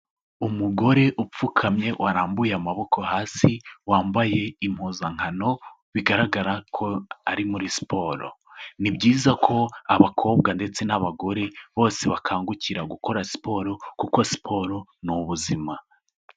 Umugore upfukamye warambuye amaboko hasi, wambaye impuzankano bigaragara ko ari muri siporo. Ni byiza ko abakobwa ndetse n'abagore bose bakangukira gukora siporo kuko siporo ni ubuzima.